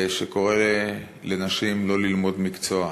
שקורא לנשים לא ללמוד מקצוע.